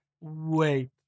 Wait